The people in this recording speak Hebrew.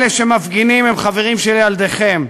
אלה שמפגינים הם חברים של ילדיכם.